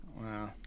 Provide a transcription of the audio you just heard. Wow